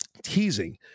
Teasing